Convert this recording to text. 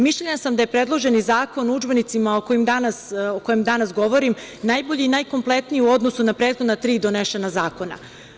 Mišljenja sam da je predloženi Zakon o udžbenicima o kojem danas govorim najbolji i najkompletniji u odnosu na prethodna tri donesena zakona.